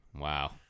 Wow